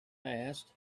passed